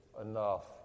enough